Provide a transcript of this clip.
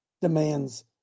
demands